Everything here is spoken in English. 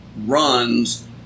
runs